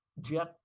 jet